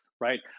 right